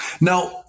Now